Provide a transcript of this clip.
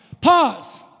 Pause